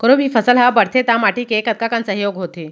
कोनो भी फसल हा बड़थे ता माटी के कतका कन सहयोग होथे?